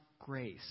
grace